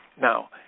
Now